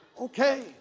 Okay